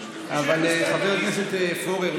אבל חבר הכנסת פורר,